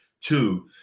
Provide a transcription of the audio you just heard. two